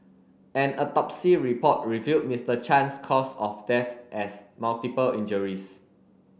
an autopsy report revealed Mister Chang's cause of death as multiple injuries